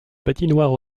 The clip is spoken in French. patinoire